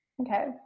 Okay